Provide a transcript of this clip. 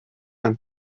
and